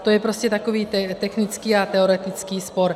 To je prostě takový technický a teoretický spor.